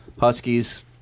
Huskies